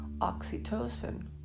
oxytocin